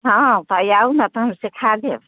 हाँ पाइ आउ ने तहन सिखा देब